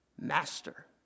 Master